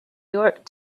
york